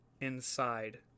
inside